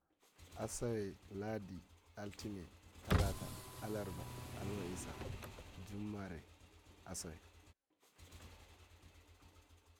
asawe lahdi! altine talata alarba alhamisa jummare asawe